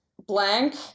blank